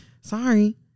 sorry